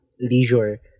leisure